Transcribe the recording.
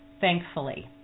thankfully